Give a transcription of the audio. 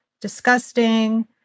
disgusting